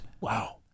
Wow